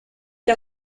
che